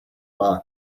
bar